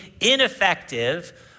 ineffective